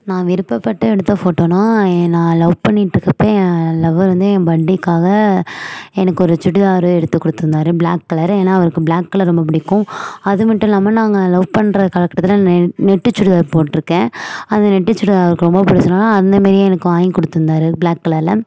நான் விருப்பப்பட்டு எடுத்த ஃபோட்டோன்னா ஏ நான் லவ் பண்ணிவிட்டு இருக்கப்ப என் லவ்வர் வந்து என் பர்த்டேக்காக எனக்கு ஒரு சுடிதார் எடுத்துக் கொடுத்துருந்தாரு ப்ளாக் கலர் ஏன்னா அவருக்கு ப்ளாக் கலர் ரொம்ப பிடிக்கும் அது மட்டும் இல்லாமல் நாங்கள் லவ் பண்ணுற காலகட்டத்தில் நெ நெட்டு சுடிதார் போட்டுருக்கேன் அந்த நெட்டு சுடிதார் அவருக்கு ரொம்ப புடிச்சதுனால அந்த மாரியே எனக்கு வாங்கி கொடுத்துருந்தாரு ப்ளாக் கலரில்